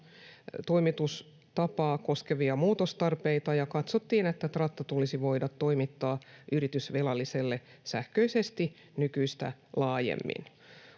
toimitustapaa koskevia muutostarpeita ja katsottiin, että tratta tulisi voida toimittaa yritysvelalliselle sähköisesti nykyistä laajemmin.